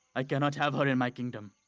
i cannot have her in my kingdom.